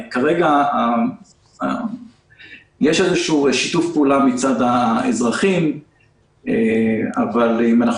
כרגע יש איזשהו שיתוף פעולה מצד האזרחים אבל אם אנחנו